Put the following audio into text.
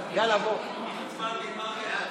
מפסיק.